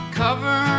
cover